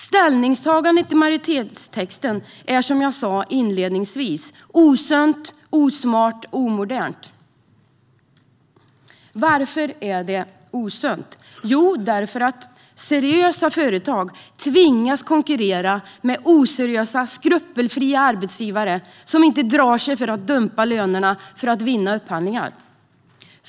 Ställningstagandet i majoritetstexten är, som jag sa inledningsvis, osunt, osmart och omodernt. Varför är det osunt? Jo, det är det därför att seriösa företag tvingas konkurrera med oseriösa och skrupelfria arbetsgivare som inte drar sig för att dumpa lönerna för att vinna upphandlingar.